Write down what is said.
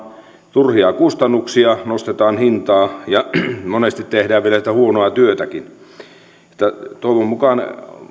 turhia kustannuksia nostetaan hintaa ja monesti tehdään vielä sitä huonoa työtäkin että toivon mukaan